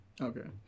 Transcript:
Okay